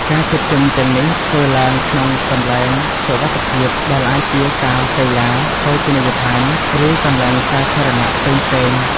ការជួបជុំទាំងនេះធ្វើឡើងក្នុងកន្លែងសុវត្ថិភាព ដែលអាចជាសាលកីឡា ភោជនីយដ្ឋាន ឬកន្លែងសាធារណៈផ្សេងៗ។